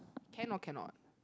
cannot cannot